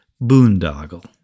boondoggle